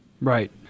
Right